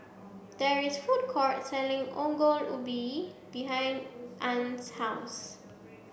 there is food court selling Ongol Ubi behind Ann's house